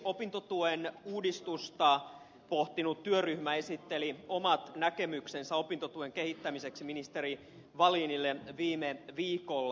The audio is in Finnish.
opintotuen uudistusta pohtinut työryhmä esitteli omat näkemyksensä opintotuen kehittämiseksi ministeri wallinille viime viikolla